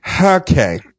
Okay